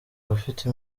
abafite